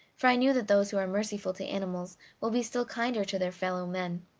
for i know that those who are merciful to animals will be still kinder to their fellow-men.